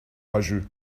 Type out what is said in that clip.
orageux